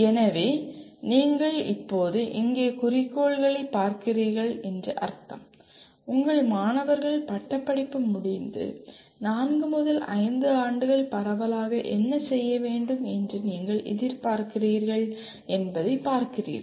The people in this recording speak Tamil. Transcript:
எனவே நீங்கள் இப்போது இங்கே குறிக்கோள்களைப் பார்க்கிறீர்கள் என்று அர்த்தம் உங்கள் மாணவர்கள் பட்டப்படிப்பு முடிந்து நான்கு முதல் ஐந்து ஆண்டுகள் பரவலாக என்ன செய்ய வேண்டும் என்று நீங்கள் எதிர்பார்க்கிறீர்கள் என்பதைப் பார்க்கிறீர்கள்